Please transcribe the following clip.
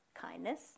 kindness